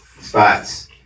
spots